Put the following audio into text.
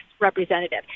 representative